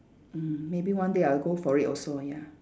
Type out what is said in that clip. mm maybe one day I'll go for it also ya